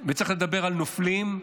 וצריך לדבר על נופלים,